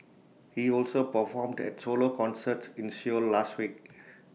he also performed at solo concerts in Seoul last week